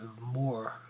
more